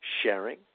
sharing